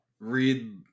read